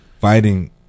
fighting